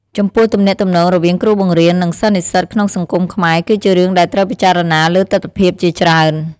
ចំពោះទំនាក់ទំនងរវាងគ្រូបង្រៀន និងសិស្សនិស្សិតក្នុងសង្គមខ្មែរ គឺជារឿងដែលត្រូវពិចារណាលើទិដ្ឋភាពជាច្រើន។